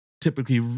typically